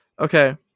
Okay